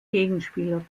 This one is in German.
gegenspieler